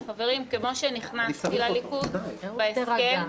חברים, כמו שנכנסתי לליכוד בהסכם,